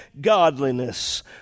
godliness